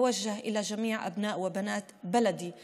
אני פונה לכל בני ובנות היישוב שלי: